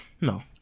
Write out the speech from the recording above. No